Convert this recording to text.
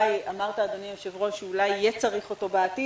אמרת, אדוני היושב-ראש, שאולי יהיה בו צורך בעתיד.